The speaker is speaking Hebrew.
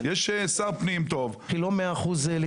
יש שר פנים טוב, יש לעשות את זה.